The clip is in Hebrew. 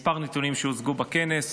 כמה נתונים שהוצגו בכנס.